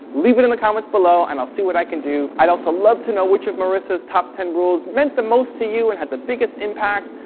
leave it in the comments below and i'll see what i can do. i'd also love to know which of marissa's top ten rules meant the most to you and had the biggest impact.